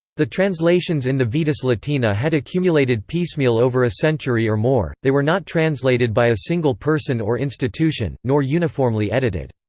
the translations in the vetus latina had accumulated piecemeal over a century or more they were not translated by a single person or institution, nor uniformly edited.